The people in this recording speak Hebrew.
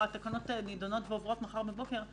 התקנות האלה נידונות ועוברות מחר בבוקר,